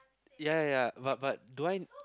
ya ya ya but but do I